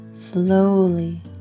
slowly